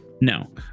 No